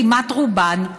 כמעט רובן,